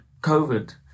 COVID